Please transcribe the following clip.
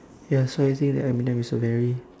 ya so I think that eminem is a very